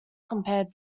compared